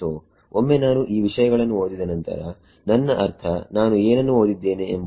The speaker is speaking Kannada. ಸೋ ಒಮ್ಮೆ ನಾನು ಈ ವಿಷಯಗಳನ್ನು ಓದಿದ ನಂತರ ನನ್ನ ಅರ್ಥ ನಾನು ಏನನ್ನು ಓದಿದ್ದೇನೆ ಎಂಬುದು